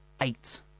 eight